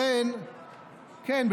כן.